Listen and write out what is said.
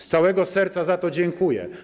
Z całego serca za to dziękuję.